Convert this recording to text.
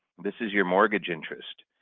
this is your mortgage interest.